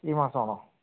ഈ മാസമാണോ